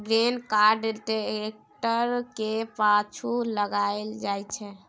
grain cart tractor केर पाछु लगाएल जाइ छै